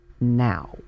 now